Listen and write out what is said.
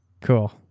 cool